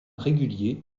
régulier